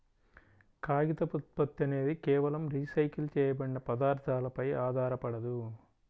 కాగితపు ఉత్పత్తి అనేది కేవలం రీసైకిల్ చేయబడిన పదార్థాలపై ఆధారపడదు